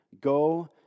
Go